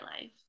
life